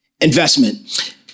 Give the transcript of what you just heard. investment